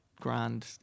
grand